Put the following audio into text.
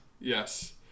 Yes